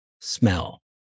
smell